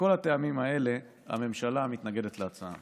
מכל הטעמים האלה, הממשלה מתנגדת להצעה.